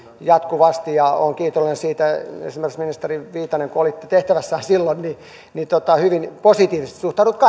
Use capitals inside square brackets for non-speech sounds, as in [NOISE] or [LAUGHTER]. jatkuvasti ja olen kiitollinen siitä esimerkiksi ministeri viitanen kun olitte tehtävässä silloin että hyvin positiivisesti suhtauduitte [UNINTELLIGIBLE]